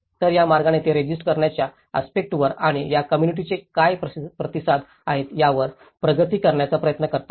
तर त्या मार्गाने ते रेसिस्ट करण्याच्या आस्पेक्टसवर आणि या कोम्मुनिटीचे काय प्रतिसाद आहेत यावर प्रगती करण्याचा प्रयत्न करतात